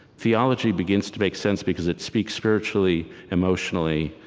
theology begins to make sense because it speaks spiritually, emotionally,